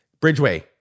Bridgeway